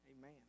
Amen